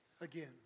again